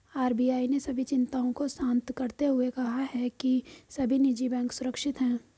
RBI ने सभी चिंताओं को शांत करते हुए कहा है कि सभी निजी बैंक सुरक्षित हैं